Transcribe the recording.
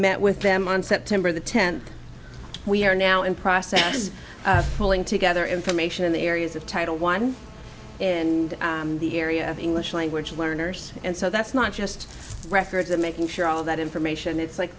met with them on september the tenth we are now in process pulling together information in the areas of title one in the area of english language learners and so that's not just records of making sure all that information it's like